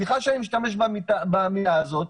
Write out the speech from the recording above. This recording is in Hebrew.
וסליחה שאני משתמש במילה הזאת,